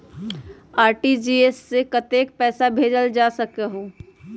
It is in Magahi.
आर.टी.जी.एस से कतेक पैसा भेजल जा सकहु???